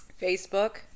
Facebook